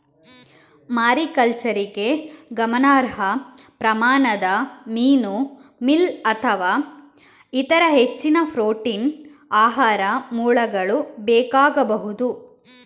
ಮಾರಿಕಲ್ಚರಿಗೆ ಗಮನಾರ್ಹ ಪ್ರಮಾಣದ ಮೀನು ಮೀಲ್ ಅಥವಾ ಇತರ ಹೆಚ್ಚಿನ ಪ್ರೋಟೀನ್ ಆಹಾರ ಮೂಲಗಳು ಬೇಕಾಗಬಹುದು